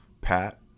Pat